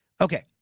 Okay